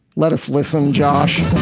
let us listen, josh.